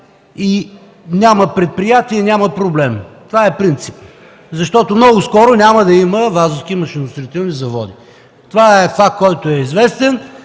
Няма предприятие – няма проблем. Това е принцип. Защото много скоро няма да има Вазовски машиностроителни заводи! Това е известен